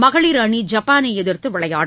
மகளிர் அணி ஜப்பானை எதிர்த்து விளையாடும்